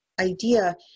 idea